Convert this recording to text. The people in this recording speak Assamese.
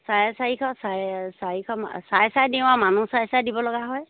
চাৰে চাৰিশ চাৰে চাৰিশ ম চাই চাই দিওঁ আৰু মানুহ চাই চাই দিব লগা হয়